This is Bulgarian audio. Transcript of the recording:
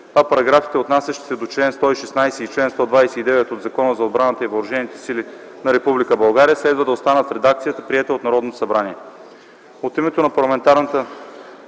а параграфите, отнасящи се до чл. 116 и чл. 129 от Закона за отбраната и въоръжените сили на Република България, следва да останат в редакцията, приета от Народното събрание. От името на парламентарната